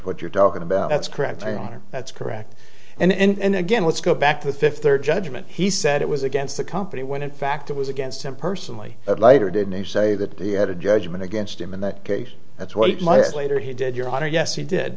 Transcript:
what you're talking about that's correct turner that's correct and again let's go back to the fifth third judgment he said it was against the company when in fact it was against him personally but later did they say that he had a judgment against him in that case that's what might later he did your honor yes he did